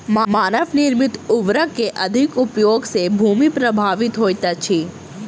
मानव निर्मित उर्वरक के अधिक उपयोग सॅ भूमि प्रभावित होइत अछि